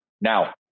Now